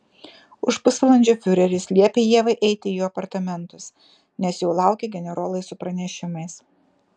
už pusvalandžio fiureris liepė ievai eiti į jo apartamentus nes jau laukė generolai su pranešimais